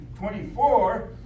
24